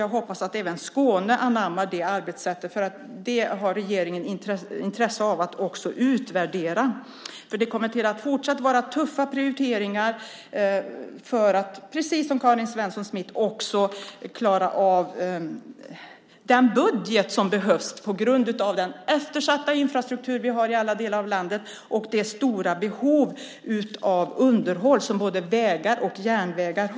Jag hoppas att även Skåne anammar det arbetssättet. Regeringen har intresse av att utvärdera det. Det kommer att fortsatt vara fråga om tuffa prioriteringar för att, precis som Karin Svensson Smith sade, också klara den budget som behövs på grund av den i hela landet eftersatta infrastrukturen och det stora behovet av underhåll av vägar och järnvägar.